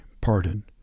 pardon